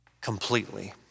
completely